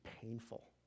painful